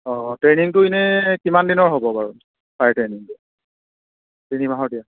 অঁ ট্ৰেইনিংটো এনে কিমান দিনৰ হ'ব বাৰু ট্ৰেইনিঙটো তিনি মাহৰ দিয়া